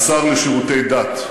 השר לשירותי דת,